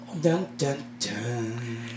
Dun-dun-dun